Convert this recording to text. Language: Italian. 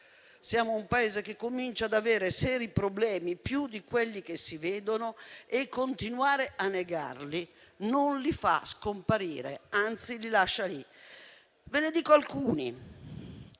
Siamo un Paese che comincia ad avere seri problemi, più di quelli che si vedono, e continuare a negarli non li fa scomparire, anzi li lascia lì. Ve ne dico alcuni: